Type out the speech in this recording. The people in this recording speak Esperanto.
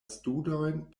studojn